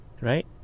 right